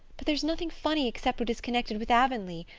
but there's nothing funny except what is connected with avonlea,